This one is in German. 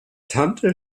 tante